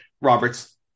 Roberts